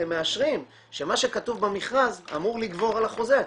אתם מאשרים שמה שכתוב במכרז אמור לגבור על החוזה.